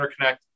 interconnect